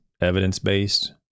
evidence-based